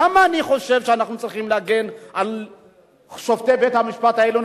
למה אני חושב שאנחנו צריכים להגן על שופטי בית-המשפט העליון,